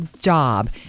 job